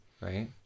right